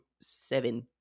Seven